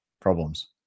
problems